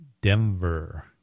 Denver